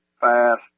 fast